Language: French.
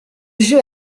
jeu